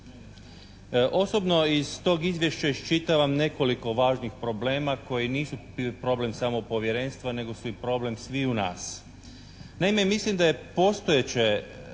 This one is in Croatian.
Osobno iz tog izvješća iščitavam nekoliko važnih problema koji nisu problem samo povjerenstva nego su i problem sviju nas. Naime, mislim da je postojeće